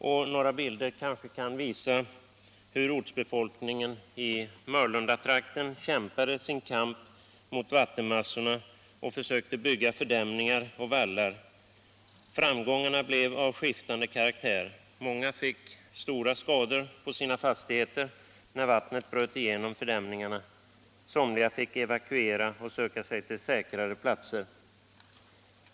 Några bilder, som jag visar på TV-skärmen, kan kanske visa hur ortsbefolkningen i Mörlundatrakten kämpade sin kamp mot vattenmassorna och försökte bygga fördämningar och vallar. Framgångarna blev av skiftande karaktär — många fick stora skador på sina fastigheter när vattnet bröt igenom fördämningarna. Somliga fick evakuera och söka sig till säkrare platser.